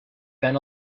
been